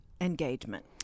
engagement